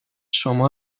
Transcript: شما